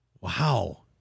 Wow